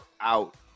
out